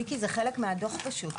מיקי, זה חלק מהדוח פשוט.